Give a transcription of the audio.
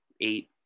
eight